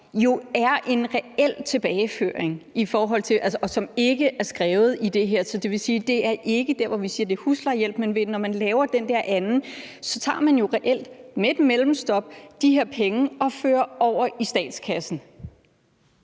jo er en reel tilbageførsel, som ikke er skrevet i det her. Så det vil sige, at det ikke er der, hvor vi siger, at det er huslejehjælp. Men når man laver den der anden ting, tager man jo reelt med et mellemstop de her penge og fører over i statskassen.